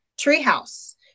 treehouse